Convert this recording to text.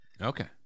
okay